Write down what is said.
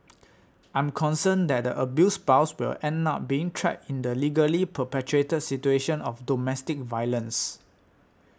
I'm concerned that abused spouse will end up being trapped in the legally perpetuated situation of domestic violence